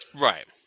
Right